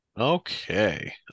Okay